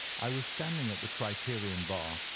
i was standing at the criterion bar,